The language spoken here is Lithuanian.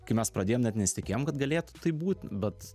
kai mes pradėjom net nesitikėjom kad galėtų taip būt bet